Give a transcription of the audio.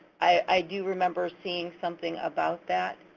i do remember seeing something about that.